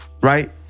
right